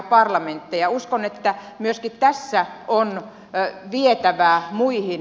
uskon että myöskin tässä on vietävää muihin maihin